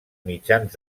mitjans